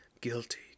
Guilty